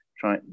try